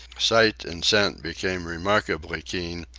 sight and scent became remarkably keen,